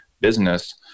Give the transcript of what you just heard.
business